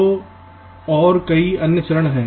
तो और कई अन्य चरण हैं